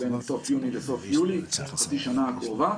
בסוף יולי, בחצי השנה הקרובה.